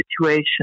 situation